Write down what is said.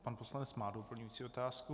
Pan poslanec má doplňující otázku.